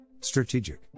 Strategic